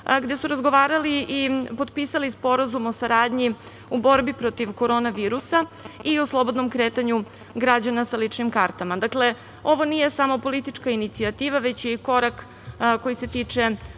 Lončar. Razgovarali su i potpisali Sporazum o saradnji u borbi protiv korona virusa i o slobodnom kretanju građana sa ličnim kartama. Dakle, ovo nije samo politička inicijativa, već je i korak koji se tiče